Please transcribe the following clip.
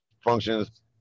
functions